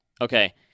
Okay